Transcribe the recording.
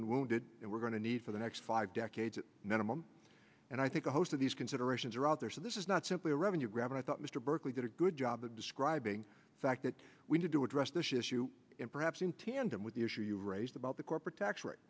been wounded and we're going to need for the next five decades minimum and i think a host of these considerations are out there so this is not simply a revenue grab and i thought mr berkeley did a good job of describing the fact that we need to address this issue and perhaps in tandem with the issue you raised about the corporate tax rate